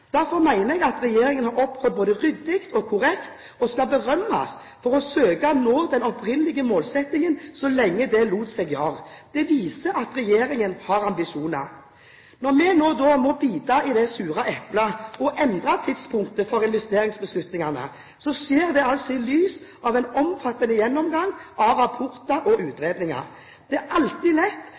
Derfor mener jeg at regjeringen har opptrådt ryddig og korrekt og skal berømmes for at den søkte å nå den opprinnelige målsettingen så lenge det lot seg gjøre. Det viser at regjeringen har ambisjoner. Når vi nå må bite i det sure eplet og endre tidspunktet for investeringsbeslutningene, skjer det i lys av en omfattende gjennomgang av rapporter og utredninger. Det er alltid lett